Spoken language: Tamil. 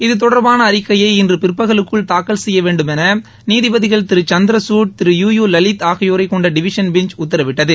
இது தொடர்பான அறிக்கையை இன்று பிற்பகலுக்குள் தாக்கல் செய்ய வேண்டுமென நீதிபதிகள் திரு சந்திரஞட் திரு யூ லலித் ஆகியோரைக் கொண்ட டிவிஷன் பெஞ்ச் உத்தரவிட்டது